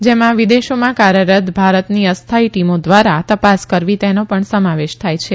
જેમાં વિદેશોમાં કાર્યરત ભારતની અસ્થાથી ટીમો ધ્વારા તપાસ કરવી તેનો પણ સમાવેશ થાથ છે